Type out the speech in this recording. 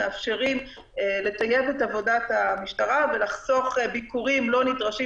לטייב את עבודת המשטרה ולחסוך ביקורים לא-נדרשים